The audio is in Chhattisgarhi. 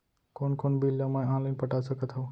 कोन कोन बिल ला मैं ऑनलाइन पटा सकत हव?